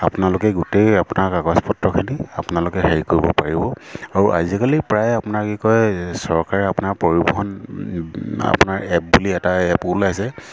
আপোনালোকে গোটেই আপোনাৰ কাগজ পত্ৰখিনি আপোনালোকে হেৰি কৰিব পাৰিব আৰু আজিকালি প্ৰায় আপোনাৰ কি কয় চৰকাৰে আপোনাৰ পৰিৱহণ আপোনাৰ এপ বুলি এটা এপো ওলাইছে